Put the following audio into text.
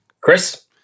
Chris